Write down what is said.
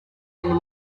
and